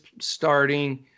starting